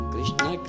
Krishna